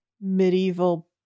medieval